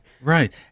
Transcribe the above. Right